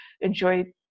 enjoy